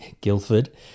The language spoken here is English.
Guildford